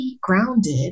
grounded